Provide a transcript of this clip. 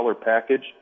package